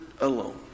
alone